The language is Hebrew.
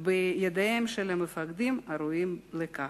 בידיהם של מפקדים הראויים לכך.